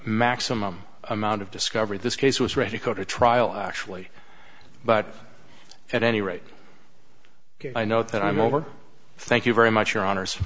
maximum amount of discovery this case was ready to go to trial actually but at any rate i know that i'm over thank you very much your honors